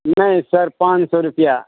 नहि सर पान सए रुपैआ